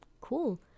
Cool